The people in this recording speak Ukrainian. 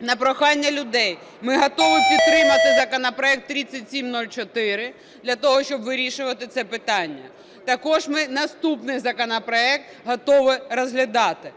На прохання людей ми готові підтримати законопроект 3704, для того, щоб вирішувати це питання. Також ми наступний законопроект готові розглядати.